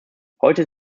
heute